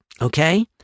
okay